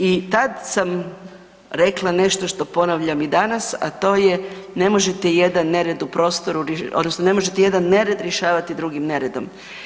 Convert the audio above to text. I tada sam rekla nešto što ponavljam i danas, a to je ne možete jedan nered u prostoru odnosno ne možete jedan nered rješavati drugim neredom.